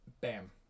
bam